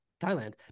Thailand